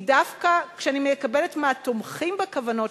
כי דווקא כשאני מקבלת מהתומכים בכוונות